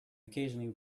occasionally